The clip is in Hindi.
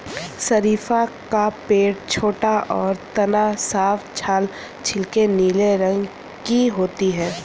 शरीफ़ा का पेड़ छोटा और तना साफ छाल हल्के नीले रंग की होती है